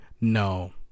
No